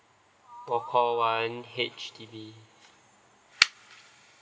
call one H_D_B